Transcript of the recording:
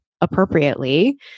appropriately